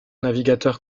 navigateur